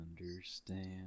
understand